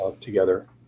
together